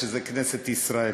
שזה כנסת ישראל.